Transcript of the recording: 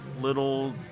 little